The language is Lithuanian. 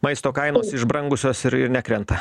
maisto kainos išbrangusios ir ir nekrenta